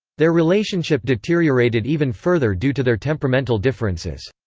their relationship deteriorated even further due to their temperamental differences.